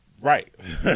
Right